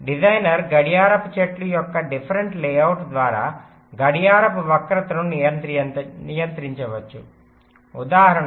designer గడియారపు చెట్టు యొక్క డిఫరెంట్ లేఅవుట్ ద్వారా గడియారపు వక్రతను నియంత్రించవచ్చు ఉదాహరణకు